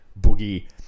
Boogie